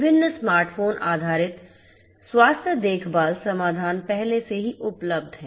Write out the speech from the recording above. विभिन्न smart phone आधारित स्वास्थ्य देखभाल समाधान पहले से ही उपलब्ध हैं